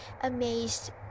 amazed